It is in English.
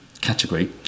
category